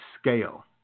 scale